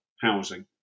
housing